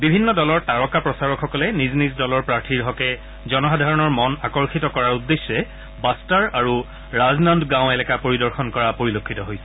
বিভিন্ন দলৰ তাৰকা প্ৰচাৰকসকলে নিজ নিজ দলৰ প্ৰাৰ্থীৰ হকে জনসাধাৰণৰ মন আকৰ্ষিত কৰাৰ উদ্দেশ্যে বাট্টাৰ আৰু ৰাজনন্দগাঁও এলেকা পৰিদৰ্শন কৰা পৰিলক্ষিত হৈছে